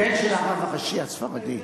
הבן של הרב הראשי הספרדי.